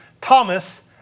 Thomas